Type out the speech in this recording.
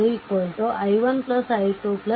ಆದ್ದರಿಂದ i1 i2 i3